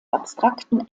abstrakten